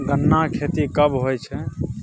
गन्ना की खेती कब होय छै?